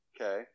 Okay